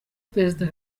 perezida